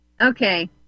okay